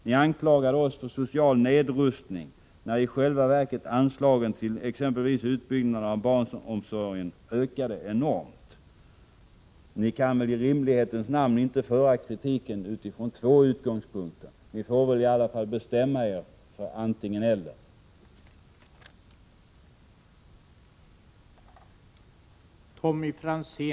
Ni anklagar oss för social nedrustning, när anslagen till exempelvis utbyggnaden av barnomsorgen i själva verket ökade enormt under de borgerliga regeringarna. Ni kan väli rimlighetens namn inte föra kritiken utifrån två utgångspunkter. Ni får i alla fall bestämma er för antingen den ena eller den andra.